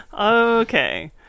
Okay